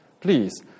please